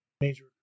major